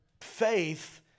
faith